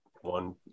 one